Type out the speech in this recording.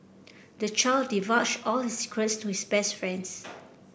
the child divulged all his secrets to his best friends